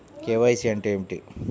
KYC అంటే ఏమిటి?